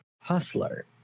hustler